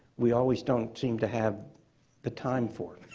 we always don't seem to have the time for.